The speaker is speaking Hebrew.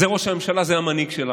זה ראש הממשלה, זה המנהיג שלנו.